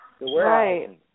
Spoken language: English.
Right